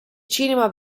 cinema